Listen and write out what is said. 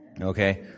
Okay